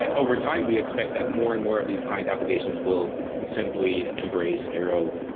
ah overtime we expect that more and more of these client applications will simply embrace arrow